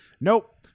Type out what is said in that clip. nope